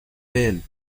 man